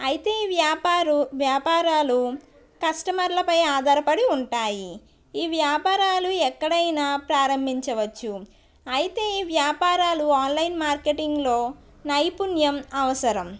అయితే ఈ వ్యాపారు వ్యాపారాలు కస్టమర్లపై ఆధారపడి ఉంటాయి ఈ వ్యాపారాలు ఎక్కడైన ప్రారంభించవచ్చు అయితే ఈ వ్యాపారాలు ఆన్లైన్ మార్కెటింగ్లో నైపుణ్యం అవసరం